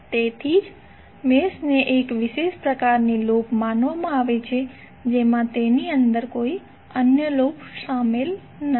તેથી જ મેશને એક વિશેષ પ્રકારની લૂપ માનવામાં આવે છે જેમાં તેની અંદર કોઈ અન્ય લૂપ શામેલ નથી